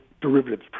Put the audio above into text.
derivatives